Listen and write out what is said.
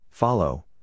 Follow